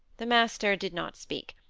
the master did not speak.